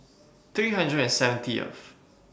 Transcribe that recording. three hundred and seventy F